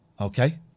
Okay